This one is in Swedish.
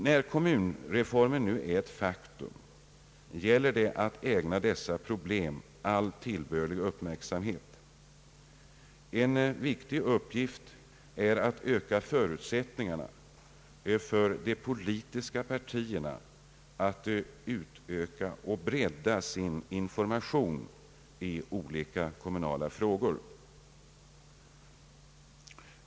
När kommunreformen nu är eit faktum, gäller det att ägna dessa problem all tillbörlig uppmärksamhet. En viktig uppgift är att öka förutsättningarna för de politiska partierna att utöka och bredda sin information i olika kommunala frågor.